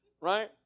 Right